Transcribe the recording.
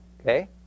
Okay